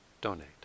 donate